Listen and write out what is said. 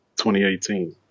2018